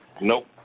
Nope